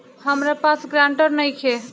हमरा पास ग्रांटर नइखे?